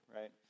right